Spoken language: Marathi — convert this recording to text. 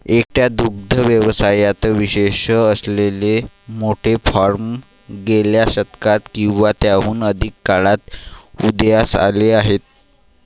एकट्या दुग्ध व्यवसायात विशेष असलेले मोठे फार्म गेल्या शतकात किंवा त्याहून अधिक काळात उदयास आले आहेत